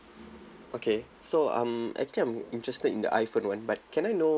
okay so um actually I'm interested in the iphone [one] but can I know